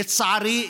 לצערי,